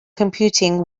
computing